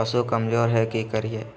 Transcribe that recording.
पशु कमज़ोर है कि करिये?